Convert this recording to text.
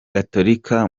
gatolika